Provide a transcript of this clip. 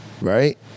Right